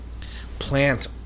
Plant